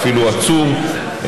ואפילו עצור,